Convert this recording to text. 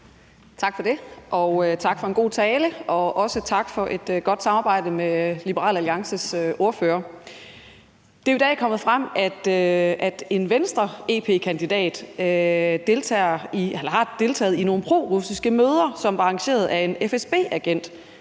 Tak for det, og tak for en god tale, og også tak for et godt samarbejde med Liberal Alliances ordfører. Det er jo i dag kommet frem, at en europaparlamentskandidat fra Venstre har deltaget i nogle prorussiske møder, som var arrangeret af en FSB-agent.